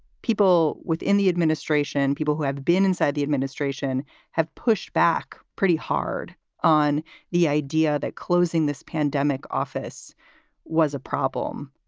people within the administration, people who have been inside the administration have pushed back pretty hard on the idea that closing this pandemic office was a problem.